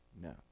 No